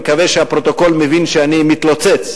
אני מקווה שהפרוטוקול מבין שאני מתלוצץ,